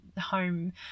home